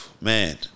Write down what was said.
man